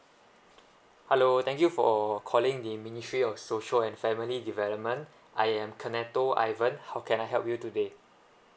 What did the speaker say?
hello thank you for calling the ministry of social and family development I am kennetho ivan how can I help you today